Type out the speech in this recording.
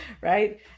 right